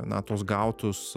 na tuos gautus